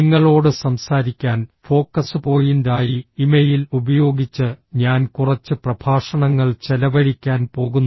നിങ്ങളോട് സംസാരിക്കാൻ ഫോക്കസ് പോയിന്റായി ഇമെയിൽ ഉപയോഗിച്ച് ഞാൻ കുറച്ച് പ്രഭാഷണങ്ങൾ ചെലവഴിക്കാൻ പോകുന്നു